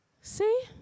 See